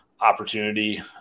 opportunity